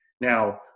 Now